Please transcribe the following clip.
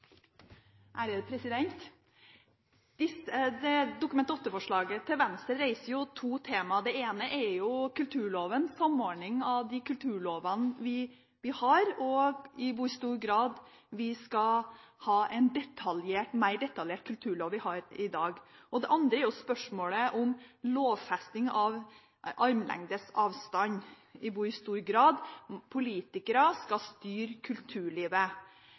til. Dokument 8-forslaget fra Venstre reiser to tema. Det ene er kulturloven, samordning av de kulturlovene vi har, og i hvor stor grad vi skal ha en mer detaljert kulturlov enn det vi har i dag. Det andre er spørsmålet om lovfesting av